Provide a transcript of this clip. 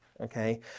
okay